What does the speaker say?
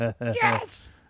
yes